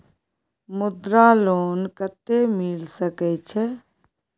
मुद्रा लोन कत्ते मिल सके छै?